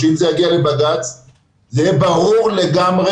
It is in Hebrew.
שאם זה יגיע לבג"צ יהיה ברור לגמרי